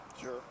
Sure